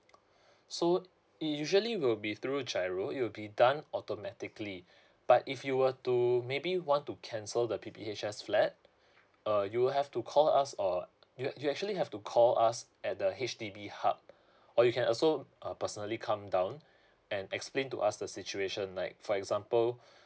so it usually will be through giro it will be done automatically but if you were to maybe want to cancel the P_P_H_S flat uh you will have to call us or you you actually have to call us at the H_D_B hub or you can also uh personally come down and explain to us the situation like for example